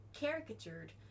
caricatured